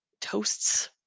toasts